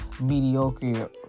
mediocre